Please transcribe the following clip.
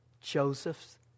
Joseph's